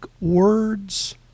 words